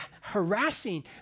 harassing